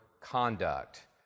conduct